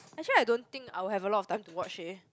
actually I don't think I will have a lot of time to watch leh